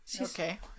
okay